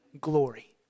Glory